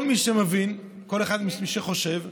כל מי שמבין, כל מי שחושב,